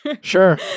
Sure